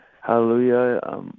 Hallelujah